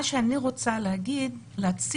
מה שאני רוצה להציע,